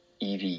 EV